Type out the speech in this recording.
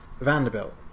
Vanderbilt